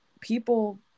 people